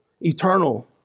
eternal